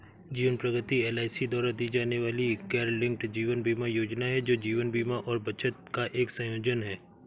जीवन प्रगति एल.आई.सी द्वारा दी जाने वाली गैरलिंक्ड जीवन बीमा योजना है, जो जीवन बीमा और बचत का एक संयोजन है